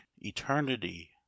eternity